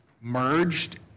merged